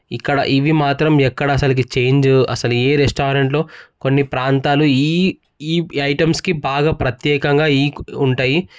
ఇక్కడ ఇవి మాత్రం ఎక్కడా అసలకి చేంజ్ అసలు ఏ రెస్టారెంట్లో కొన్ని ప్రాంతాలు ఈ ఈ ఐటమ్స్కి బాగా ప్రత్యేకంగా ఈ ఉంటాయి